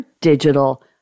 digital